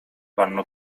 panno